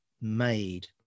made